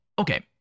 Okay